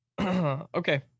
Okay